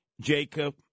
Jacob